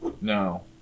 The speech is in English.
No